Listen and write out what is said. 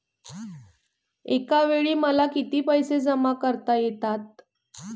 एकावेळी मला किती पैसे जमा करता येतात?